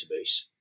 database